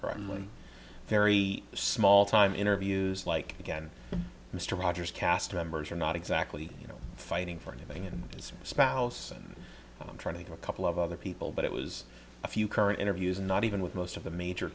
friendly very small time interviews like again mr rogers cast members are not exactly you know fighting for anything in his spouse and i'm trying to get a couple of other people but it was a few current interviews not even with most of the major